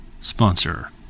sponsor